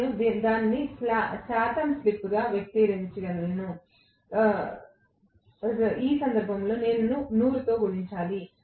నేను దానిని శాతం స్లిప్గా వ్యక్తీకరించగలను ఈ సందర్భంలో నేను 100 తో గుణించాలి